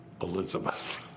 Elizabeth